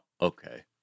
Okay